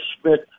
Smith